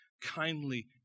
kindly